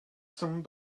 some